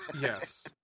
Yes